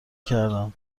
کردم